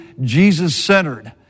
Jesus-centered